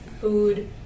food